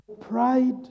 pride